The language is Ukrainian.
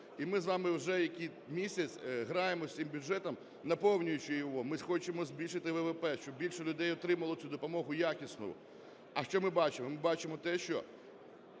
І ми з вами вже який місяць граємось з цим бюджетом, наповнюючи його. Ми хочемо збільшити ВВП, щоб більше людей отримали цю допомогу якісну. А що ми бачимо? Ми бачимо те, що